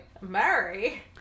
Mary